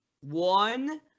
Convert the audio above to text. One